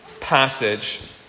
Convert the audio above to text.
passage